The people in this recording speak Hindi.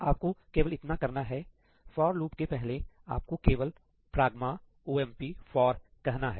आपको केवल इतना करना है फॉर लूप के पहले आपको केवल ' pragma omp for' कहना है